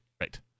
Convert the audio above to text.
Right